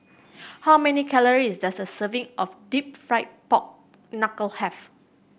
how many calories does a serving of Deep Fried Pork Knuckle have